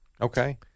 Okay